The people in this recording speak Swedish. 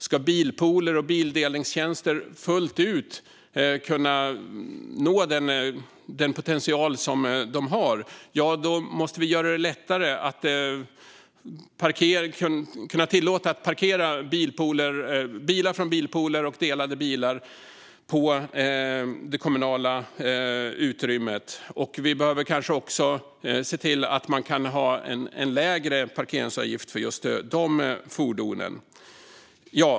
Ska bilpooler och bildelningstjänster fullt ut kunna nå den potential som de har måste vi göra det lättare att parkera bilar från bilpooler och delade bilar på det kommunala utrymmet. Vi behöver kanske också se till att man kan ha en lägre parkeringsavgift för just de fordonen.